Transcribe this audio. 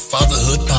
Fatherhood